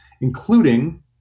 including